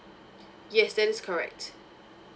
yes that is correct